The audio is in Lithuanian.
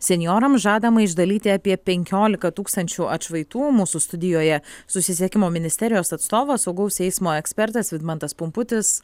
senjorams žadama išdalyti apie penkiolika tūkstančių atšvaitų mūsų studijoje susisiekimo ministerijos atstovas saugaus eismo ekspertas vidmantas pumputis